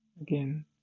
again